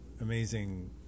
amazing